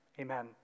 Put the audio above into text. Amen